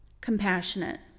compassionate